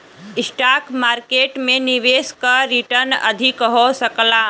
stock market में निवेश क रीटर्न अधिक हो सकला